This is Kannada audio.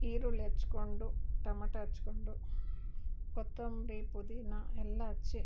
ಈರುಳ್ಳಿ ಹೆಚ್ಕೊಂಡು ಟೊಮೆಟೊ ಹೆಚ್ಕೊಂಡು ಕೊತ್ತಂಬರಿ ಪುದೀನ ಎಲ್ಲ ಹೆಚ್ಚಿ